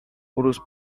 urósł